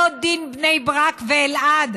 לא דין בני ברק ואלעד,